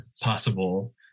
possible